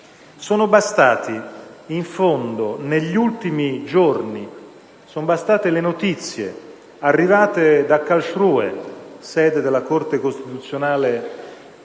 Sono bastate, in fondo, negli ultimi giorni, le notizie arrivate da Karlsruhe, sede della Corte costituzionale della